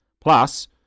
Plus